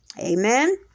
Amen